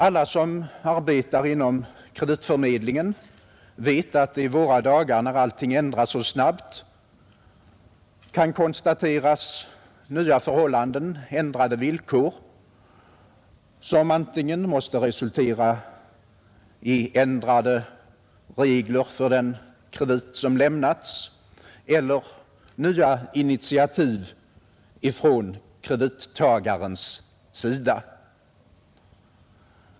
Alla som arbetar inom kreditförmedlingen vet att det i våra dagar, när allting ändras så snabbt, kan konstateras nya förhållanden, ändrade villkor, som antingen måste resultera i ändrade regler för den kredit som lämnats eller nya initiativ från kredittagarens sida.